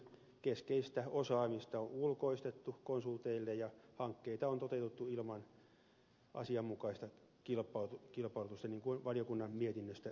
keskeistä osaamista on ulkoistettu konsulteille ja hankkeita on toteutettu ilman asianmukaista kilpailutusta niin kuin valiokunnan mietinnöstä käy ilmi